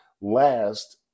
last